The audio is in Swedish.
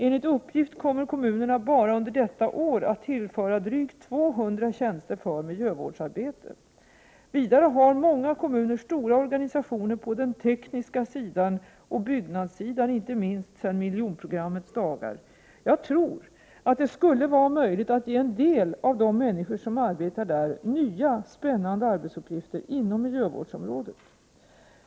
Enligt uppgift kommer kommunerna bara under detta år att tillföra drygt 200 tjänster för miljövårdsarbete. Vidare har många kommuner stora organisationer på den tekniska sidan och byggnadssidan, inte minst sedan miljonprogrammets dagar. Jag tror att det skulle vara möjligt att ge en del av de människor som arbetar där nya spännande arbetsuppgifter inom miljövårdsområdet.